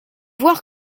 voir